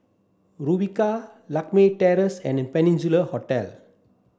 Rumbia Lakme Terrace and Peninsula Hotel